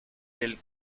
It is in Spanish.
del